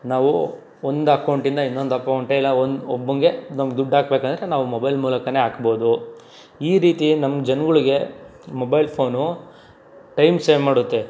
ನಾವು ಒಂದು ಅಕೌಂಟಿಂದ ಇನ್ನೊಂದು ಅಕೌಂಟು ಇಲ್ಲ ಒಬ್ಬನಿಗೆ ನಮಗೆ ದುಡ್ಡಾಕ್ಬೇಕಂದ್ರೆ ನಾವು ಮೊಬೈಲ್ ಮೂಲಕನೇ ಹಾಕ್ಬೋದು ಈ ರೀತಿ ನಮ್ಮ ಜನಗಳಿಗೆ ಮೊಬೈಲ್ ಫೋನು ಟೈಮ್ ಸೇವ್ ಮಾಡುತ್ತೆ